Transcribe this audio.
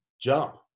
jump